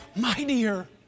mightier